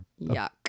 Yuck